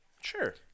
Sure